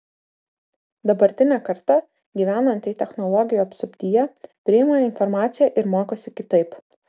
dabartinė karta gyvenanti technologijų apsuptyje priima informaciją ir mokosi kitaip